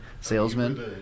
salesman